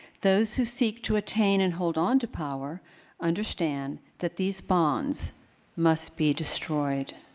those who seek to attain and hold on to power understand that these bonds must be destroyed.